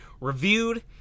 reviewed